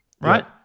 right